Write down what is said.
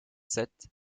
sept